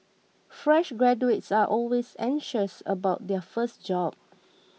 fresh graduates are always anxious about their first job